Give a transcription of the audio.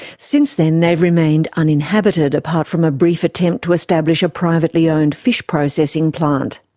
since then, they've remained uninhabited apart from a brief attempt to establish a privately owned fish processing plant.